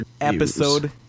episode